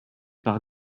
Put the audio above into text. par